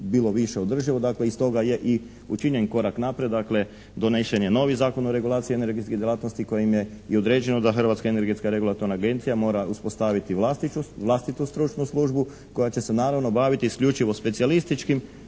bilo više održivo dakle i stoga je i učinjen korak naprijed, dakle donesen je novi Zakon o regulaciji energetskih djelatnosti kojim je i određeno da Hrvatska energetska regulatorna agencija mora uspostaviti vlastitu stručnu službu koja će se naravno baviti isključivo specijalističkim